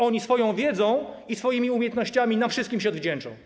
Oni swoją wiedzą i swoimi umiejętnościami się nam wszystkim odwdzięczą.